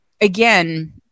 again